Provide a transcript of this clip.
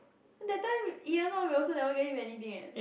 that time Ian one we also never get him anything eh